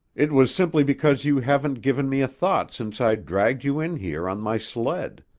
it was simply because you haven't given me a thought since i dragged you in here on my sled.